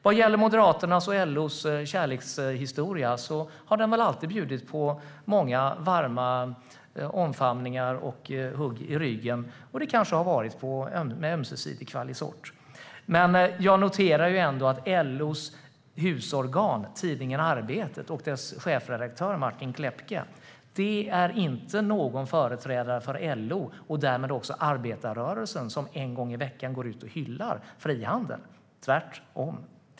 Vad gäller Moderaternas och LO:s kärlekshistoria har den alltid bjudit på många varma omfamningar och hugg i ryggen, kanske av ömsesidig kvalisort. Jag noterar dock att LO:s husorgan, tidningen Arbetet och dess redaktör Martin Klepke, som en gång i veckan går ut och hyllar frihandel, inte är någon företrädare för LO och därmed arbetarrörelsen, tvärtom.